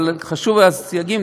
אבל חשובים הסייגים.